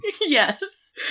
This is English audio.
yes